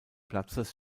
platzes